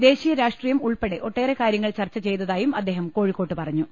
ദേശീയ രാഷ്ട്രീയം ഉൾപ്പെടെ ഒട്ടേറെ കാരൃങ്ങൾ ചർച്ച ചെയ്തതായും അദ്ദേഹം കോഴിക്കോട്ട് പറഞ്ഞു